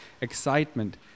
excitement